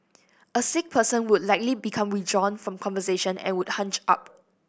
a sick person will likely become withdrawn from conversation and would hunch up